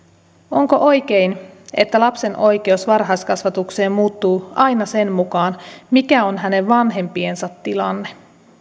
onko oikein että lapsen oikeus varhaiskasvatukseen muuttuu aina sen mukaan mikä on hänen vanhempiensa tilanne